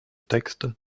texte